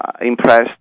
impressed